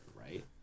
right